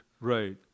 Right